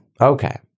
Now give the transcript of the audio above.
Okay